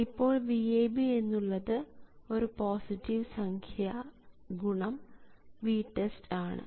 ഇപ്പോൾ VAB എന്നത് ഒരു പോസിറ്റീവ് സംഖ്യ x VTEST ആണ്